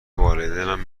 والدینم